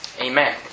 Amen